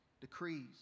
decrees